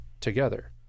together